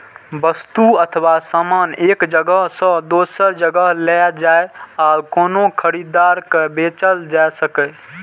वस्तु अथवा सामान एक जगह सं दोसर जगह लए जाए आ कोनो खरीदार के बेचल जा सकै